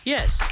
Yes